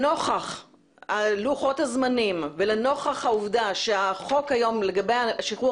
לנוכח לוחות הזמנים ולנוכח העובדה שהחוק היום לגבי השחרור